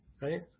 right